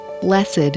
Blessed